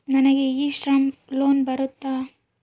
ನನಗೆ e Shram loan ಬರುತ್ತಾ?